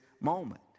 moment